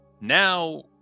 Now